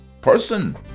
person